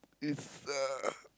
it's a